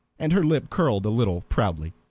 and her lip curled a little proudly,